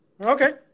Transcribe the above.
Okay